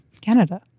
Canada